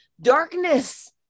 darkness